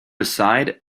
aside